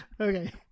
Okay